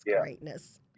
greatness